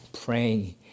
praying